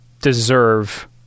deserve